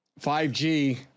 5g